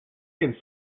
can